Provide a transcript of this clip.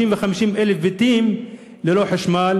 50,000 בתים ללא חשמל,